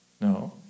no